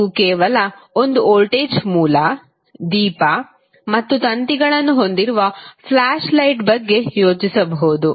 ನೀವು ಕೇವಲ ಒಂದು ವೋಲ್ಟೇಜ್ ಮೂಲ ದೀಪ ಮತ್ತು ತಂತಿಗಳನ್ನು ಹೊಂದಿರುವ ಫ್ಲ್ಯಾಷ್ ಲೈಟ್ ಬಗ್ಗೆ ಯೋಚಿಸಬಹುದು